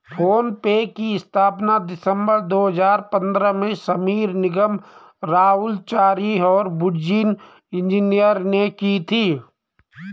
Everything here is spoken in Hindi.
फ़ोन पे की स्थापना दिसंबर दो हजार पन्द्रह में समीर निगम, राहुल चारी और बुर्जिन इंजीनियर ने की थी